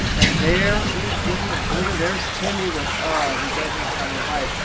and there it is. look at there's timmy with oh, he doesn't have a bike.